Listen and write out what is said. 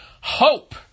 Hope